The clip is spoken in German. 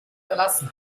verlassen